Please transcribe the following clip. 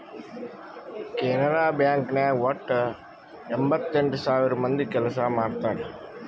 Canara bank ನಾಗ್ ವಟ್ಟ ಎಂಭತ್ತೆಂಟ್ ಸಾವಿರ ಮಂದಿ ಕೆಲ್ಸಾ ಮಾಡ್ತಾರ್